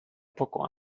poco